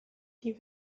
die